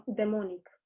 demonic